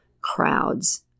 crowds